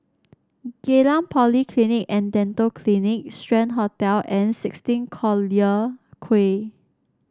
Geylang Polyclinic and Dental Clinic Strand Hotel and sixteen Collyer Quay